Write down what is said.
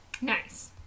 Nice